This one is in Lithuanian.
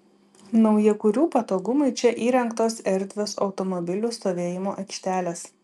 naujakurių patogumui čia įrengtos erdvios automobilių stovėjimo aikštelės